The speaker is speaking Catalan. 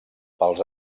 pels